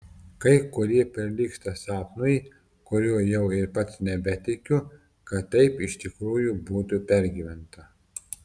kai kurie prilygsta sapnui kuriuo jau ir pats nebetikiu kad taip iš tikrųjų būtų pergyventa